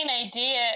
idea